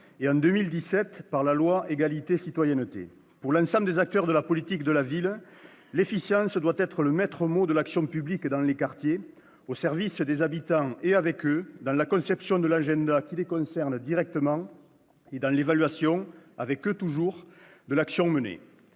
et à la citoyenneté. Pour l'ensemble des acteurs de la politique de la ville, l'efficience doit être le maître mot de l'action publique dans les quartiers, au service des habitants et avec eux, dans la conception de l'agenda qui les concerne directement et dans l'évaluation, avec eux toujours, de l'action menée.